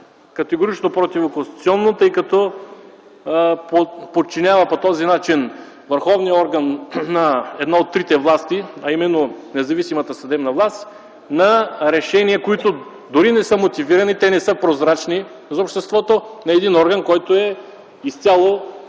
Категорично противоконституционно, тъй като подчинява по този начин върховния орган на една от трите власти, а именно независимата съдебна власт, на решения, които дори не са мотивирани, те не са прозрачни за обществото, на един орган, който е изцяло